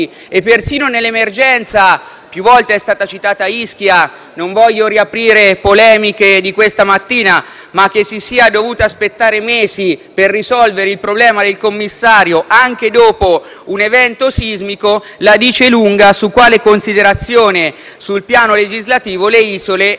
Più volte è stata citata Ischia: non voglio riaprire le polemiche di questa mattina, ma che si sia dovuto aspettare mesi per risolvere il problema del commissario anche dopo un evento sismico la dice lunga su quale considerazione, sul piano legislativo, le isole abbiano avuto fino a oggi dal nostro